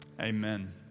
Amen